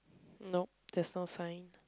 nope there's no sign